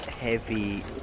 heavy